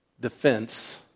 defense